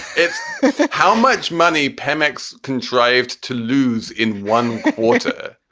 it's how much money pemex contrived to lose in one quarter.